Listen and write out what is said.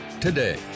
today